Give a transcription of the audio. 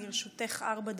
לרשותך ארבע דקות,